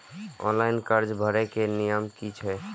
Online कर्जा भरे के नियम की छे?